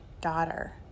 daughter